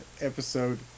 Episode